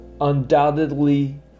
undoubtedly